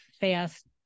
fast